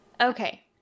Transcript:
okay